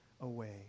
away